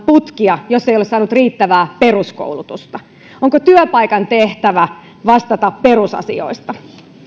putkia jos ei ole saanut riittävää peruskoulutusta onko työpaikan tehtävä vastata perusasioista